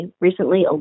recently